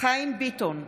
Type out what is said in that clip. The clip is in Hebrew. חיים ביטון,